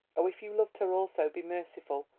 oh, if you loved her also, be merciful!